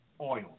oils